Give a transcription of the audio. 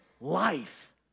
life